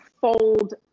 fold